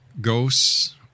ghosts